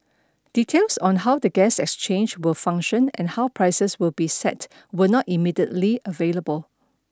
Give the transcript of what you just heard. details on how the gas exchange will function and how prices will be set were not immediately available